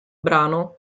brano